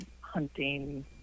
hunting